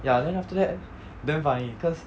ya then after that damn funny cause